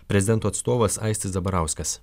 prezidento atstovas aistis zabarauskas